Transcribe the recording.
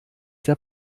der